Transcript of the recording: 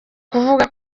kuvuga